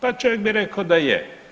Pa čovjek bi rekao da je.